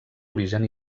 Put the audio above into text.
origen